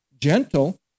gentle